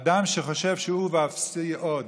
אדם שחושב שאני ואפסי עוד,